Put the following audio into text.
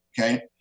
Okay